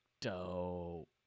dope